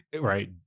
right